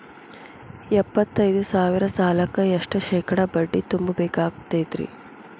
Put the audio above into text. ಎಪ್ಪತ್ತೈದು ಸಾವಿರ ಸಾಲಕ್ಕ ಎಷ್ಟ ಶೇಕಡಾ ಬಡ್ಡಿ ತುಂಬ ಬೇಕಾಕ್ತೈತ್ರಿ?